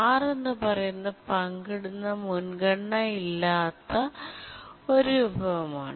Rഎന്ന് പറയുന്നത് പങ്കിടുന്ന മുൻഗണന ഇല്ലാത്ത ഒരു വിഭവമാണ്